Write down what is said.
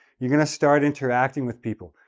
you're going to start interacting with people.